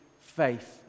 faith